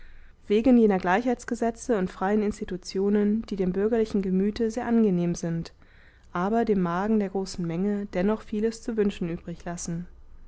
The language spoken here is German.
wegen jener gleichheitsgesetze und freien institutionen die dem bürgerlichen gemüte sehr angenehm sind aber dem magen der großen menge dennoch vieles zu wünschen übriglassen